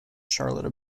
charlotte